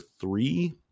three